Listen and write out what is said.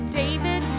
david